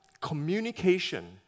communication